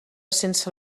sense